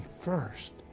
first